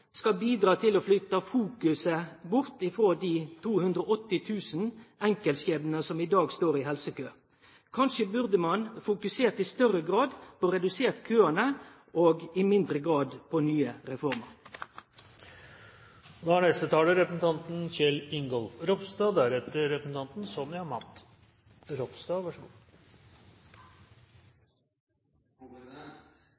skal bidra til å flytte fokus vekk frå dei 280 000 enkeltskjebnane som i dag står i helsekø. Kanskje burde ein i større grad fokusert på å få redusert køane og i mindre grad på nye